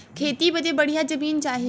खेती बदे बढ़िया जमीन चाही